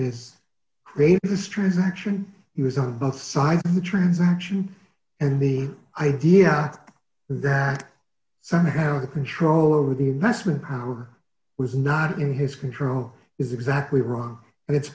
this created this transaction he was on both sides of the transaction and the idea that somehow the control over the investment power was not in his control is exactly wrong